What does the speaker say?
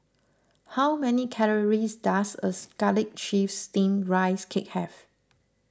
how many calories does a Garlic Chives Steamed Rice Cake have